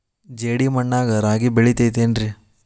ಜೇಡಿ ಮಣ್ಣಾಗ ರಾಗಿ ಬೆಳಿತೈತೇನ್ರಿ?